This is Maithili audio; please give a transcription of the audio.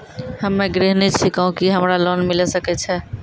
हम्मे गृहिणी छिकौं, की हमरा लोन मिले सकय छै?